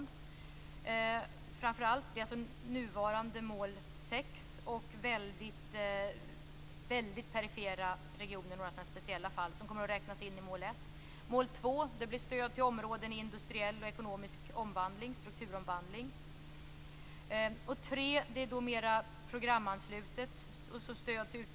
Det är framför allt nuvarande mål 6 och väldigt perifera regioner, några speciella fall, som kommer att räknas in i mål 1. Mål 2 blir stöd till områden i industriell och ekonomisk omvandling, strukturomvandling.